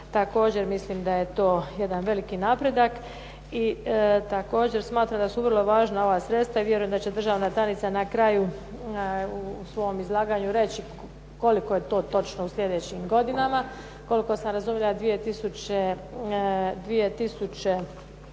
Također mislim da je to jedan veliki napredak i također smatram da su vrlo važna ova sredstva i vjerujem da će državna tajnica na kraju u svom izlaganju reći koliko je to točno u sljedećim godinama. Koliko sam razumila 2011.